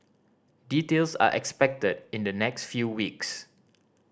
details are expected in the next few weeks